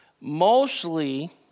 mostly